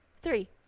Three